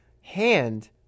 hand